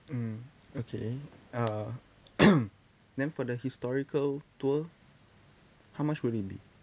mm okay uh then for the historical tour how much will it be